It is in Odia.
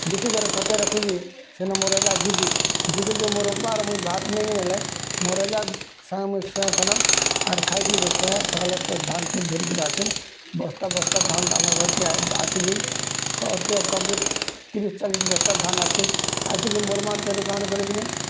ବିକିକରି ଖତରେ ରଖୁଛି ସେନୁ ମୋର୍ ରାଜା ଯୁଗି ଯୁଗିଛେଁ ଆର୍ ମୋର୍ ଭାତ୍ ନେଇକେଣି ବେଲେ ମୋର୍ ରାଜା ସାଙ୍ଗ ମୁଇଁ ସୋଏଁସେନ ଆର୍ ଖାଇପିଇ ସୋଏଁ ସକାଲେ ଧାନ୍ ଚୁଲି ଧରିକିରି ଆସୁଁ ବସ୍ତା ବସ୍ତା ଧାନ୍ ଆମର୍ ଘରକେ ଆସିକି ତିରିଶ ଚାଳିଶ ବସ୍ତା ଧାନ୍ ଆସି ଆସିକି ମୋର୍ ମା' ତେଣ କାଣା କରିକିଣି